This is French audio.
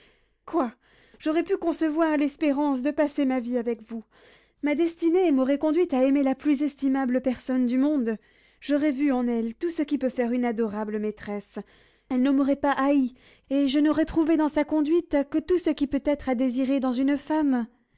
quoi j'aurais pu concevoir l'espérance de passer ma vie avec vous ma destinée m'aurait conduit à aimer la plus estimable personne du monde j'aurais vu en elle tout ce qui peut faire une adorable maîtresse elle ne m'aurait pas haï et je n'aurais trouvé dans sa conduite que tout ce qui peut être à désirer dans une femme